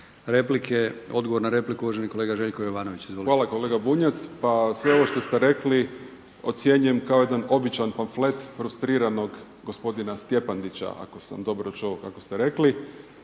replike, odgovor na repliku uvaženi kolega Željko Jovanović. **Jovanović, Željko (SDP)** Hvala kolega Bunjac. Pa sve ovo što ste rekli ocjenjujem kao jedan običan pamflet frustriranog gospodina Stjepndića ako sam dobro čuo kako ste rekli.